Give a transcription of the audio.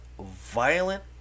violent